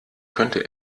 könnte